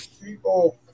people